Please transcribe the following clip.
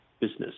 business